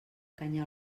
canya